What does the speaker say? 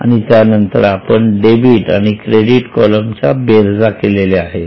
आणि त्यानंतर आपण डेबिट आणि क्रेडिट कॉलम च्या बेरजा केलेल्या आहेत